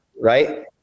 right